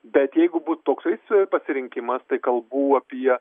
bet jeigu bus toksais pasirinkimas tai kalbų apie